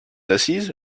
assise